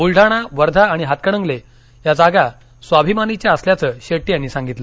बुलडाणा वर्धा आणि हातकणगले या जागा स्वाभिमानीच्या असल्याचं शेट्टी यांनी सांगितलं